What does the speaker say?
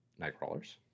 Nightcrawlers